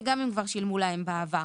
וגם אם כבר שילמו להם בעבר.